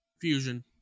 Fusion